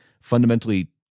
fundamentally